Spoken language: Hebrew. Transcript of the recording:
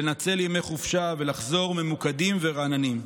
לנצל ימי חופשה ולחזור ממוקדים ורעננים.